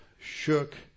shook